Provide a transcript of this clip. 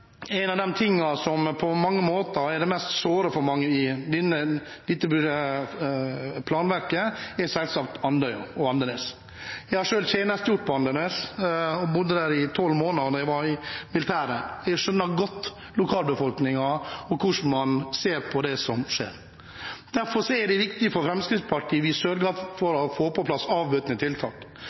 En av de tingene som på mange måter er det mest såre for mange i dette planverket, er selvsagt Andøya og Andenes. Jeg har selv tjenestegjort på Andenes og bodde der i tolv måneder da jeg var i det militære. Jeg skjønner godt lokalbefolkningen og hvordan man ser på det som skjer. Derfor er det viktig for Fremskrittspartiet å sørge for å få på plass avbøtende tiltak.